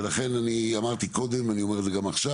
ולכן אני אמרתי קודם, אני אומר את זה גם עכשיו.